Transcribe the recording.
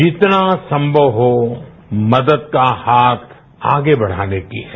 जितना संभव हो मदद का हाथ आगे बढ़ाने की है